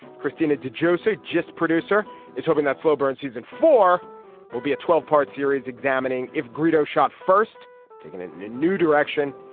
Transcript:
christina did you know so just producer is hoping that slow burn season four will be a twelve part series examining if garrido shot first taking it in a new direction.